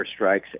airstrikes